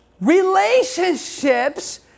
relationships